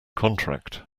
contract